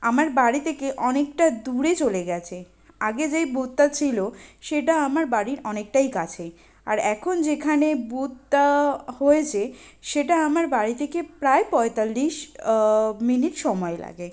আমার বাড়ি তেকে অনেকটা দূরে চলে গেছে আগে যেই বুথতা ছিলো সেটা আমার বাড়ির অনেকটাই কাছে আর এখন যেখানে বুথতা হয়েছে সেটা আমার বাড়ি তেকে প্রায় পঁয়তাল্লিশ মিনিট সমায় লাগে